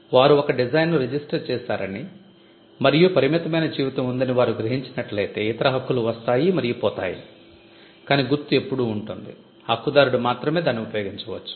వారు ఒక డిజైన్ను రిజిస్టర్ చేశారని మరియు పరిమితమైన జీవితం ఉందని వారు గ్రహించినట్లయితే ఇతర హక్కులు వస్తాయి మరియు పోతాయి కానీ గుర్తు ఎప్పుడూ ఉంటుంది హక్కుదారుడు మాత్రమే దాన్ని ఉపయోగించవచ్చు